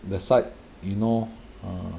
the side you know err